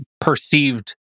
perceived